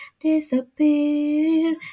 Disappear